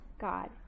God